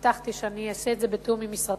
והבטחתי שאעשה את זה בתיאום עם משרדך,